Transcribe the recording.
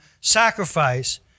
sacrifice